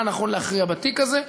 מה נכון להכריע בתיק הזה,